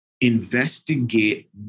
investigate